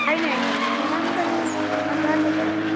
होइन होइन न राम्रो छ मज्जाको छ